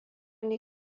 nei